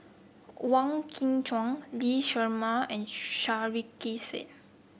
Wong Kwei Cheong Lee Shermay and Sarkasi Said